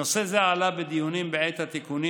נושא זה עלה בדיונים בעת התיקונים